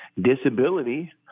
disability